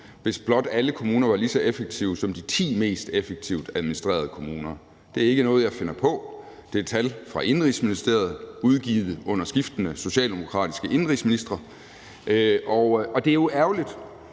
blot alle kommuner var lige så effektive som de ti mest effektivt administrerede kommuner. Det er ikke noget, jeg finder på, men det er tal fra Indenrigs- og Sundhedsministeriet udgivet under skiftende socialdemokratiske indenrigsministre. Og når Indenrigs-